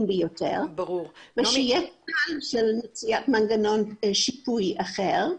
ביותר ושתהיה אפשרות של מציאת מנגנון שיפוי אחר,